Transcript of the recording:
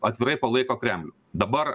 atvirai palaiko kremlių dabar